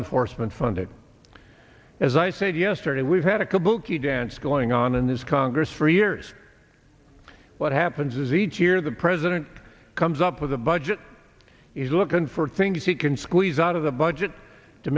enforcement funding as i said yesterday we've had a kabuki dance going on in this congress for years what happens is each year the president comes up with a budget he's looking for things he can squeeze out of the budget to